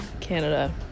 Canada